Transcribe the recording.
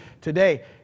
today